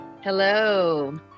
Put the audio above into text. Hello